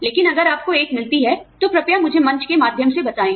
लेकिन अगर आपको एक मिलती है तो कृपया मुझे मंच के माध्यम से बताएं